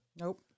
Nope